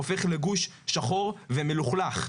הופך לגוש שחור ומלוכלך,